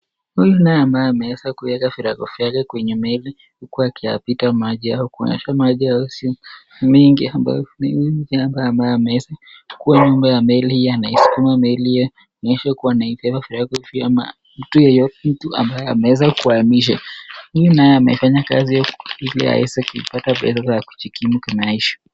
Huyu naye ambaye ameweza kuweka virago virago kwenye meli, kuweka yapita maji au kuweka maji au si mingi ambayo ni jambo ambalo ameweza kuwa nyuma ya meli anaisukuma meli ya isha kuwa anaitia virago virago vya mtu yeyote mtu ambaye ameweza kuhamisha. Huyu naye amefanya kazi hiyo ili aweze kupata pesa za kujikimu kimaisha.